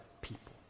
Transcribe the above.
people